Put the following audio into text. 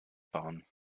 bahn